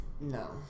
No